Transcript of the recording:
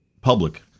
public